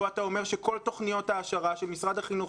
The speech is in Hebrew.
פה אתה אומר שכל תוכניות ההעשרה של משרד החינוך,